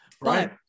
Right